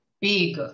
big